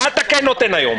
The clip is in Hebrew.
מה אתה כן נותן היום?